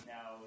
Now